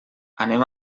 anem